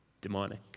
demonic